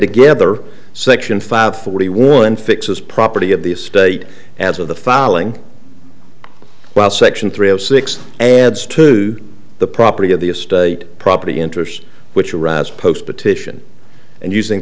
together section five forty one fixes property of the state as of the filing while section three of six and stude the property of the estate property interest which arise post petition and using